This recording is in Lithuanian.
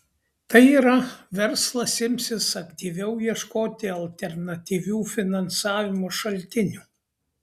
tai yra verslas imsis aktyviau ieškoti alternatyvių finansavimo šaltinių